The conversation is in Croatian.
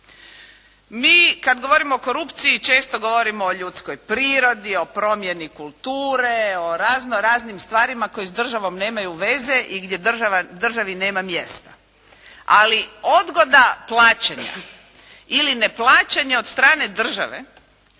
Mi, kad govorimo o korupciji često govorimo o ljudskoj prirodi, o promjeni kulture, o raznoraznim stvarima koje s državom nemaju veze i gdje državi nema mjesta. Ali, odgoda plaćanja ili neplaćanja od strane države